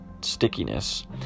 stickiness